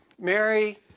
Mary